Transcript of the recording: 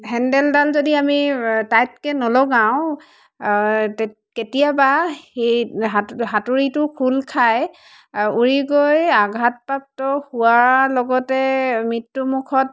হেণ্ডেলডাল যদি আমি টাইটকে নলগাওঁ কেতিয়াবা সেই সাঁতুৰিটো খোল খাই উৰি গৈ আঘাতপ্ৰাপ্ত হোৱাৰ লগতে মৃত্যুমুখত